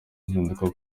impinduka